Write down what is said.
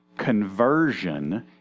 Conversion